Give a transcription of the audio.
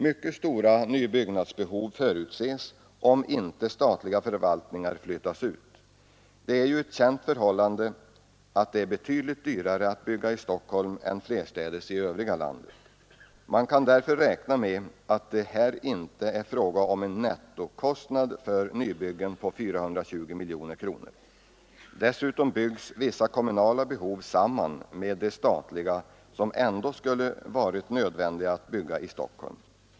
Mycket stora nybyggnadsbehov förutses om inte statliga förvaltningar flyttas ut. Det är ett känt förhållande att det är betydligt dyrare att bygga i Stockholm än flerstädes i övriga landet. Man kan därför räkna med att det här inte är fråga om en nettokostnad för nybyggen på 420 miljoner kronor. Dessutom byggs vissa lokaler för kommunalt behov samman med lokaler för statliga behov, som det ändå skulle varit nödvändigt att bygga i Stockholm.